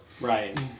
Right